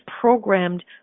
programmed